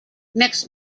next